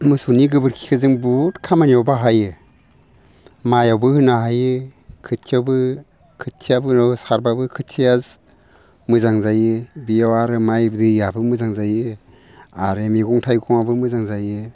मोसौनि गोबोरखिखो जों बुहुद खामानियाव बाहायो माइआवबो होनो हायो खोथियावबो खोथियाफोरावबो सारब्लाबो खोथियाया मोजां जायो बियाव आरो माइ दैयाबो मोजां जायो आरो मैगं थाइगङाबो मोजां जायो